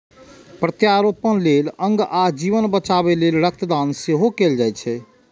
प्रत्यारोपण लेल अंग आ जीवन बचाबै लेल रक्त दान सेहो कैल जाइ छै